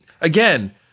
Again